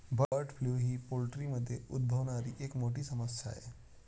bird flu ही पोल्ट्रीमध्ये उद्भवणारी एक मोठी समस्या आहे